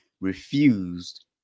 refused